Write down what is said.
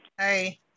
Hey